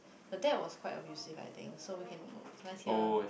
the dad was quite abusive I think so we can sometimes hear